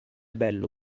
bello